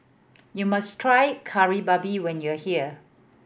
you must try Kari Babi when you are here